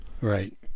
right